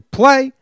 play